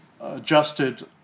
adjusted